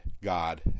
God